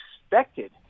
expected